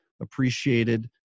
appreciated